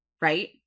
Right